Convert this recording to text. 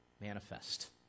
Manifest